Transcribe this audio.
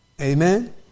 Amen